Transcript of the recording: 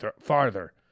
farther